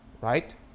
right